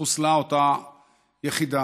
חוסלה אותה יחידה